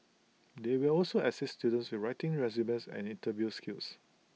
they will also assist students writing resumes and interview skills